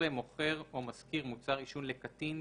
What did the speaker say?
(13)מוכר או משכיר מוצר עישון לקטין,